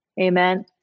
Amen